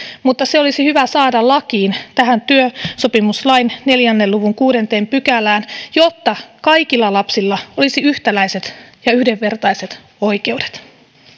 mutta se olisi hyvä saada lakiin tähän työsopimuslain neljän luvun kuudenteen pykälään jotta kaikilla lapsilla olisi yhtäläiset ja yhdenvertaiset oikeudet